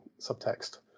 subtext